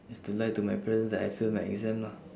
is to lie to my parents that I fail my exam lah